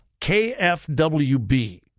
KFWB